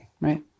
Right